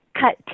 cut